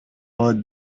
worth